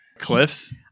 cliffs